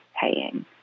paying